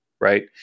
right